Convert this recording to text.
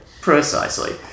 Precisely